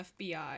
FBI